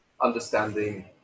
understanding